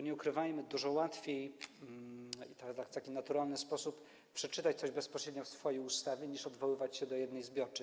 Nie ukrywajmy, dużo łatwiej w taki naturalny sposób przeczytać coś bezpośrednio w swojej ustawie, niż odwoływać się do jednej zbiorczej.